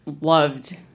loved